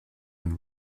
and